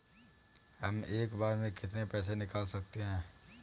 हम एक बार में कितनी पैसे निकाल सकते हैं?